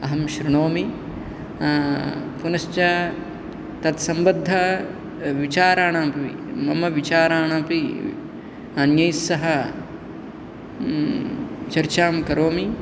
अहं श्रुणोमि पुनश्च तत्सम्बद्ध विचाराणामपि मम विचाराणामपि अन्यैस्सह चर्चां करोमि